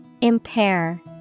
Impair